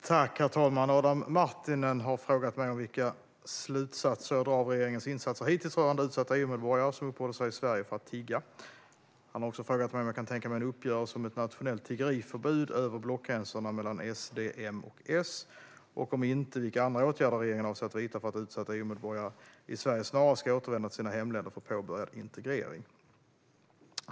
Herr talman! Adam Marttinen har frågat mig vilka slutsatser jag drar av regeringens insatser hittills rörande utsatta EU-medborgare som uppehåller sig i Sverige för att tigga. Han har också frågat mig om jag kan tänka mig en uppgörelse om ett nationellt tiggeriförbud över blockgränserna mellan SD, M och S och, om inte, vilka andra åtgärder regeringen avser att vidta för att utsatta EU-medborgare i Sverige snarast ska återvända till sina hemländer för påbörjad integrering.